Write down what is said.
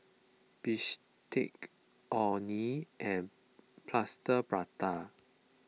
Bistake Orh Nee and Plaster Prata